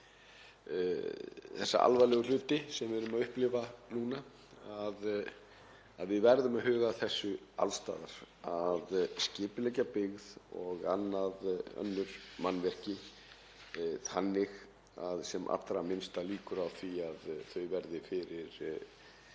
þessa alvarlegu hluti sem við erum að upplifa núna að við verðum að huga að því alls staðar að skipuleggja byggð og önnur mannvirki þannig að sem allra minnstu líkur séu á því að þau verði fyrir